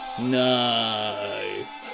No